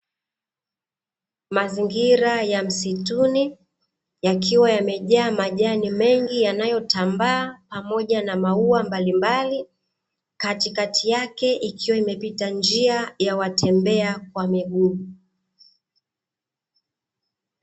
Mazingira ya msituni, yakiwa yamejaa majani mengi yanayotambaa, pamoja na maua mbalimbali, katikati yake ikiwa imepita njia ya watembea kwa miguu.